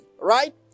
right